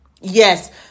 Yes